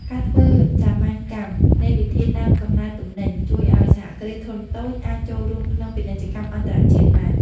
ការធ្វើសាមញ្ញកម្មនៃវិធានដើមកំណើតទំនិញ ជួយឱ្យសហគ្រាសធុនតូចអាចចូលរួមក្នុងពាណិជ្ជកម្មអន្តរជាតិបាន។